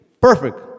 Perfect